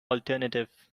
alternative